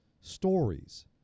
stories